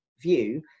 view